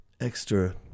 extra